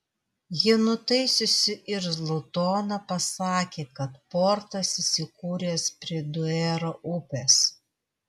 ji nutaisiusi irzlų toną pasakė kad portas įsikūręs prie duero upės